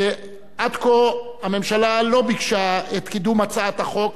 עד כה הממשלה לא ביקשה את קידום הצעת החוק,